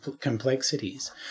complexities